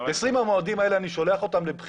את 20 המועמדים האלה אני שולח לבחינה.